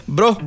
Bro